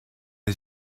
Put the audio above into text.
les